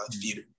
theater